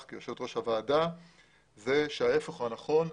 כיושבת ראש הוועדה הוא שההיפך הוא הנכון,